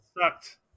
sucked